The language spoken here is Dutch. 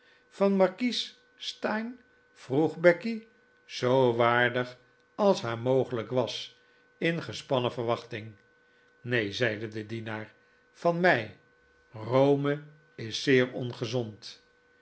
van markies steyne vroeg becky zoo waardig als haar mogelijk was in gespannen verwachting neen zeide de dienaar van mij rome is zeer ongezond